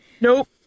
nope